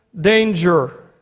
danger